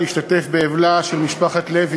להשתתף באבלה של משפחת לוי,